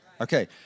Okay